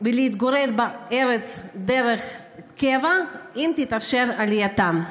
ולהתגורר בארץ דרך קבע, אם תתאפשר עלייתם.